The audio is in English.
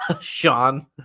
Sean